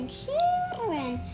children